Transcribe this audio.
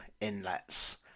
inlets